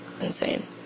insane